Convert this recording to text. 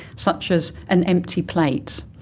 such as an empty plate.